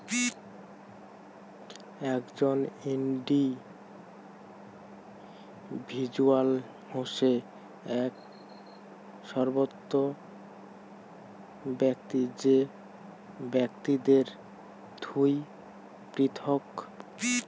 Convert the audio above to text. একজন ইন্ডিভিজুয়াল হসে এক স্বতন্ত্র ব্যক্তি যে বাকিদের থুই পৃথক